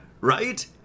Right